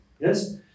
Yes